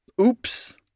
Oops